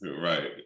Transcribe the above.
Right